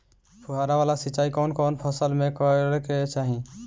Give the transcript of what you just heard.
फुहारा वाला सिंचाई कवन कवन फसल में करके चाही?